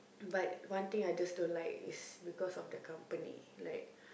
but one thing I just don't like is because of the company like